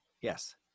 Yes